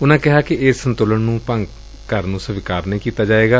ਉਨਾਂ ਕਿਹਾ ਕਿ ਇਸ ਸੰਤੁਲਨ ਨੂੰ ਭੰਗ ਕਰਨ ਨੂੰ ਸਵੀਕਾਰ ਨਹੀਂ ਕੀਤਾ ਜਾਵੇਗਾ